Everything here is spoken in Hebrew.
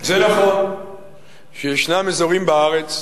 זה נכון שיש אזורים בארץ,